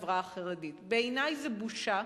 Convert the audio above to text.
לחברה החרדית: בעיני זו בושה